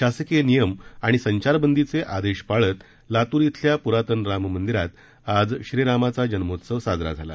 शासकीय नियम आणि संचारबंदीचे आदेश पाळत लातूर इथल्या पुरातन राममंदिरात आज श्रीरामाचा जन्मोत्सव साजरा झाला